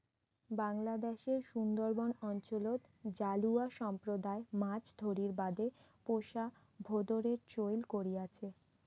বাংলাদ্যাশের সুন্দরবন অঞ্চলত জালুয়া সম্প্রদায় মাছ ধরির বাদে পোষা ভোঁদরের চৈল করি আচে